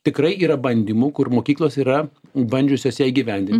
tikrai yra bandymų kur mokyklos yra bandžiusios ją įgyvendint